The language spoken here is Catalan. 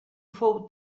fou